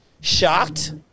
shocked